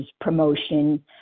promotion